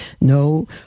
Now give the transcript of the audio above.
No